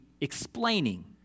explaining